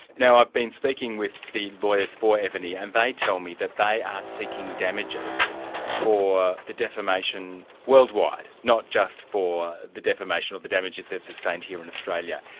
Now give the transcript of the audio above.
now i've been speaking with the lawyers for evony, and they tell me that they are seeking damages for the defamation world-wide, not just for the defamation oe the damages they sustained here in australia.